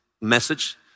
message